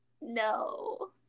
no